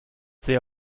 sehr